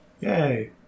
Yay